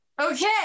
okay